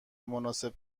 مناسب